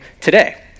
today